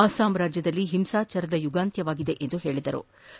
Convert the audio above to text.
ಅಸ್ಲಾಂನಲ್ಲಿ ಹಿಂಸಾಚಾರದ ಯುಗ ಅಂತ್ಯವಾಗಿದೆ ಎಂದರು